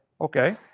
Okay